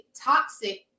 Toxic